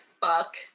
fuck